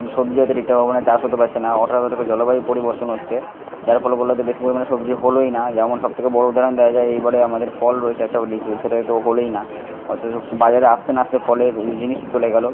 এবং সবজি হয়তো ঠিকঠাক কখনো চাষ হতে পারছে না জলবায়ু পরিবর্তন হচ্ছে যার ফলে ফলে হয়তো বেশি পরিমাণে সবজি হলই না যেমন সবথেকে বড় উদাহরণ দেওয়া যায় এইবারে আমাদের ফল রয়েছে একটা হল লিচু সেটা তো হলই না অর্থাৎ বাজারে আসতে না আসতেই ফলের জিনিসই চলে গেল